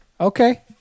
Okay